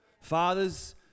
Fathers